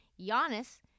Giannis